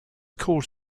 calls